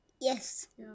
Yes